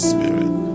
Spirit